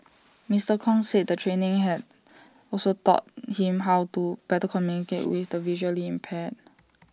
Mister Kong said the training has also taught him how to better communicate with the visually impaired